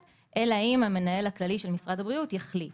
אלא אם המנהל הכללי של משרד הבריאות יחליט.